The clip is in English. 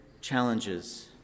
challenges